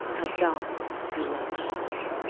i doubt you wept for her.